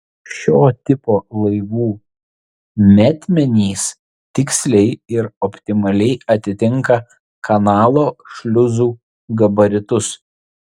šio tipo laivų metmenys tiksliai ir optimaliai atitinka kanalo šliuzų gabaritus